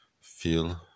feel